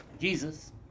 Jesus